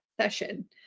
session